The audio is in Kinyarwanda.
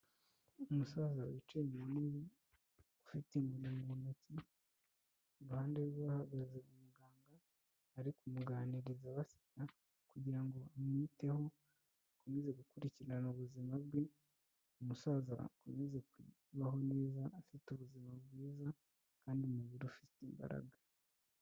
Umusaza wicaye minini ufite inkoni mu ntoki ruhande rwe hagaze muganga, ari kumuganiriza baseka kugira ngo amwiteho akomeze gukurikirana ubuzima bwe, umusaza akomeze kubaho kubaho neza afite ubuzima bwiza kandi umubiri ufite imbaraga.